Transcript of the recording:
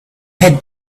had